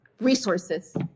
resources